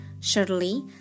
surely